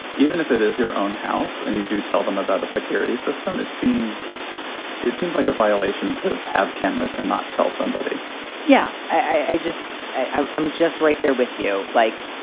even if it is your own house. and you do tell them about a security system. it seems it seems like a violation to have cameras and not tell somebody yeah, i just i'm just right there with you. like,